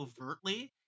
overtly